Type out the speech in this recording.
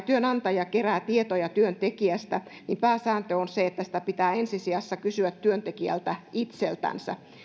työnantaja kerää tietoja työntekijästä niin pääsääntö on se että sitä pitää ensi sijassa kysyä työntekijältä itseltänsä